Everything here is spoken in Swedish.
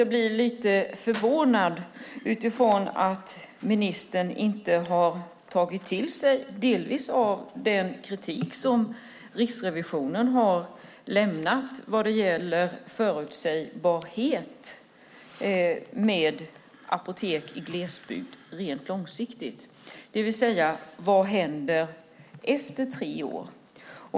Jag blir möjligen lite förvånad eftersom ministern inte har tagit till sig den kritik som Riksrevisionen har lämnat vad gäller förutsägbarheten med apotek i glesbygd långsiktigt, alltså vad som händer efter tre år.